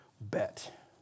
bet